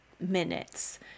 minutes